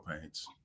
paints